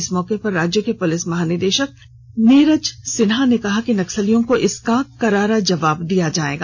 इस मौके पर राज्य के पुलिस महानिदेशक नीरज सिन्हा ने कहा है कि नक्सलियों को करारा जवाब दिया जाएगा